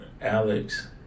Alex